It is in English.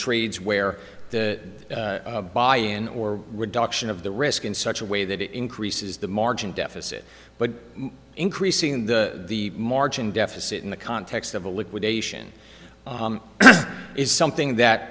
trades where the buy in or reduction of the risk in such a way that it increases the margin deficit but increasing the the margin deficit in the context of a liquidation is something that